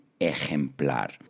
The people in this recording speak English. ejemplar